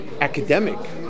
academic